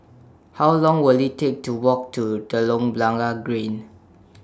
How Long Will IT Take to Walk to Telok Blangah Green